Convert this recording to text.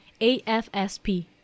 AFSP